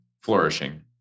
flourishing